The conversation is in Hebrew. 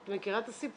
את מכירה את הסיפור?